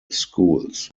schools